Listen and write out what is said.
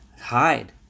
hide